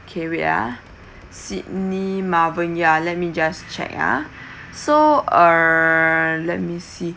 okay wait uh sydney melbourne ya let me just check ah so uh let me see